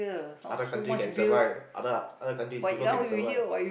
other country can survive other other country people can survive